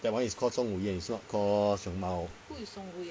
that [one] is called 中午炎 not called 熊猫